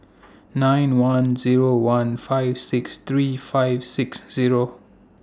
nine one Zero one five six three five six Zero